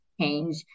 change